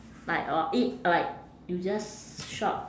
like uh e~ like you just shop